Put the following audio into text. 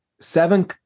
seven